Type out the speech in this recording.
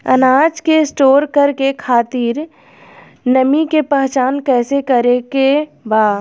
अनाज के स्टोर करके खातिर नमी के पहचान कैसे करेके बा?